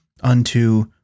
unto